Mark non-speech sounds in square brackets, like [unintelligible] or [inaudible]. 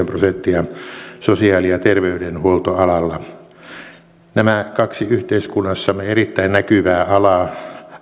[unintelligible] prosenttia sosiaali ja terveydenhuoltoalalla nämä kaksi yhteiskunnassamme erittäin näkyvää alaa